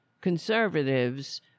conservatives